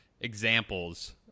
examples